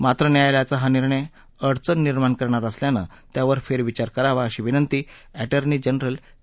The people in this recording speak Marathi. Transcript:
मात्र न्यायालयाचा हा निर्णय अडचण निर्माण करणारा असल्यानं त्यावर फेरविचार करावा अशी विनंती अटर्नी जनरल के